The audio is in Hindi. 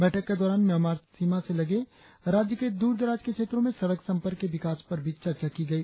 बैठक के दौरान म्यामार सीमा से लगे राज्य के दूर दराज के क्षेत्रों में सड़क संपर्क के विकास पर भी चर्चा की गई